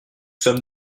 sommes